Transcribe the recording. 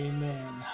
Amen